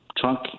Trunk